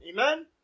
Amen